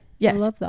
Yes